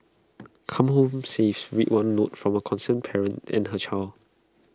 come home safe read one note from A concerned parent and her child